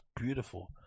beautiful